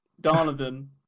Donovan